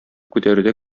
күтәрүдә